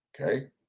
Okay